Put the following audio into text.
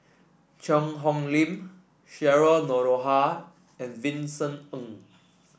Cheang Hong Lim Cheryl Noronha and Vincent Ng